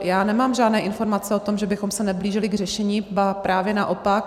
Já nemám žádné informace o tom, že bychom se neblížili k řešení, ba právě naopak.